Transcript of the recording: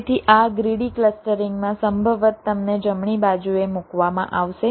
તેથી આ ગ્રીડી ક્લસ્ટરિંગમાં સંભવતઃ તમને જમણી બાજુએ મૂકવામાં આવશે